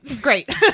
Great